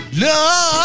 love